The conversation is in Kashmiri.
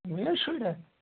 میٛٲنۍ شُری ہا